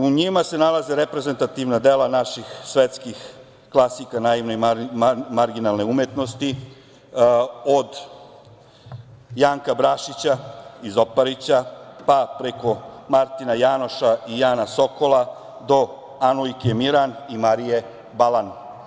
U njima se nalaze reprezentativna dela naših svetskih klasika naivne i marginalne umetnosti, od Janka Brašića iz Oparića, pa preko Martina Janoša i Jana Sokola i Anujke Miran i Marije Balan.